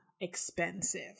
expensive